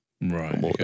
Right